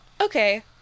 Okay